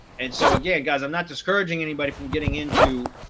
and so again, guys, i'm not discouraging anybody from getting into,